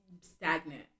stagnant